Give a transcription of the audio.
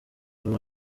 haba